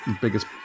biggest